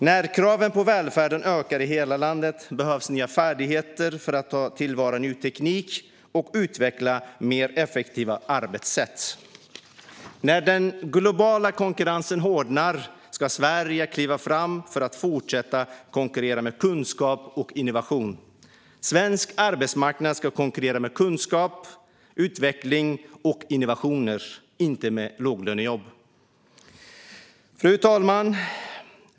När kraven på välfärden ökar i hela landet behövs nya färdigheter för att ta till vara ny teknik och utveckla mer effektiva arbetssätt. När den globala konkurrensen hårdnar ska Sverige kliva fram för att fortsätta att konkurrera med kunskap och innovation. Svensk arbetsmarknad ska konkurrera med kunskap, utveckling och innovationer - inte med låglönejobb. Fru talman!